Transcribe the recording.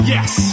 Yes